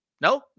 No